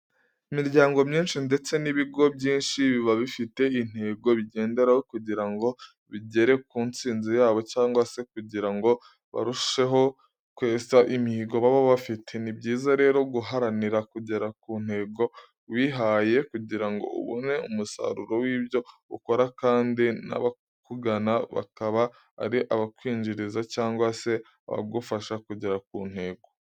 Imiryango myinshi ndetse n'ibigo byinshi biba bifite intego bigenderaho kugira ngo bigere ku ntsinzi yabo cyangwa se kugira ngo barusheho kwesa imihigo baba bafite. Ni byiza rero guharanira kugera ku ntego wihaye kugira ngo ubone umusaruro w'ibyo ukora kandi n'abakugana bakaba ari abakwinjiriza cyangwa se abagufasha kugera ku ntego.